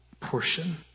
portion